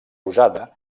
usada